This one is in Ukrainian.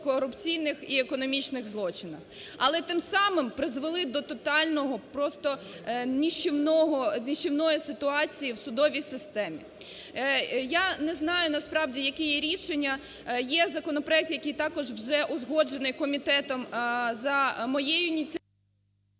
корупційних і економічних злочинах, але тим самим призвели до тотального, просто нищівного… нищівної ситуації в судовій системі. Я не знаю насправді, які є рішення. Є законопроект, який також вже узгоджений комітетом за моєю…